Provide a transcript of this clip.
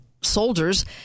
soldiers